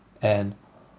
and